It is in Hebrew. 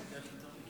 לא נורא,